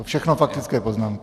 Všechno faktické poznámky.